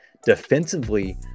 defensively